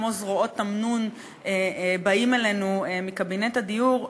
כמו זרועות תמנון באים אלינו מקבינט הדיור,